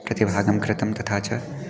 प्रतिभागः कृतः तथा च